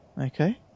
okay